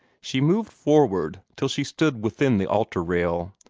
she moved forward till she stood within the altar-rail,